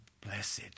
Blessed